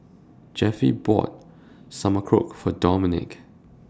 Jeffie bought Sauerkraut For Dominique